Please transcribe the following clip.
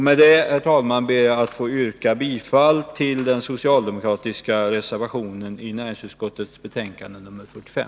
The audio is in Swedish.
Med detta, herr talman, ber jag att få yrka bifall till den socialdemokratiska reservationen vid näringsutskottets betänkande 45.